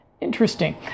interesting